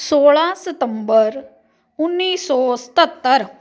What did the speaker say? ਸੋਲ੍ਹਾਂ ਸਤੰਬਰ ਉੱਨੀ ਸੌ ਸਤੱਤਰ